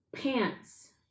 pants